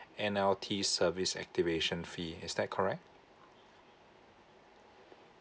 N_L_T service activation fee is that correct